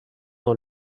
dans